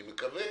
אני מקווה